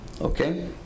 Okay